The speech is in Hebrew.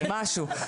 משהו...